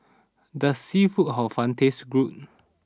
does Seafood Hor Fun taste good